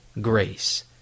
grace